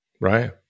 Right